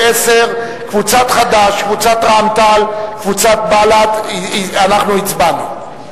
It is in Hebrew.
קבוצת סיעת רע"ם-תע"ל וקבוצת סיעת בל"ד לסעיף 10 לא נתקבלה.